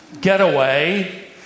getaway